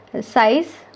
size